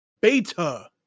Beta